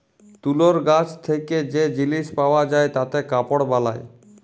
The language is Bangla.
তুলর গাছ থেক্যে যে জিলিস পাওয়া যায় তাতে কাপড় বালায়